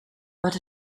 but